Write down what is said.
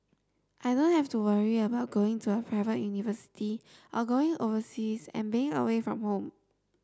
I don't have to worry about going to a private university or going overseas and being away from home